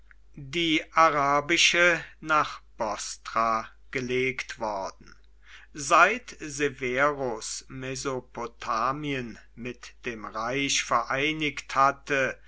die arabische nach bostra gelegt worden seit severus mesopotamien mit dem reich vereinigt hatte